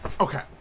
Okay